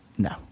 No